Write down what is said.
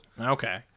Okay